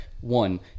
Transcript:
One